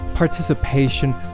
participation